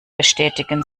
bestätigen